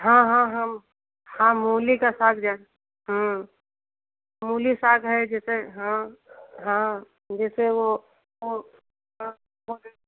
हाँ हाँ हम हाँ मूली का साग जानते मूली साग है जैसे हाँ हाँ जैसे वह वह हाँ वह